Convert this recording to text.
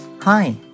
Hi